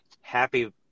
happy